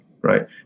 right